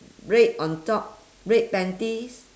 red on top red panties